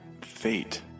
fate